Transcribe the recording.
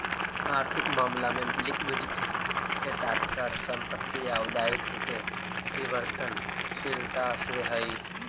आर्थिक मामला में लिक्विडिटी के तात्पर्य संपत्ति आउ दायित्व के परिवर्तनशीलता से हई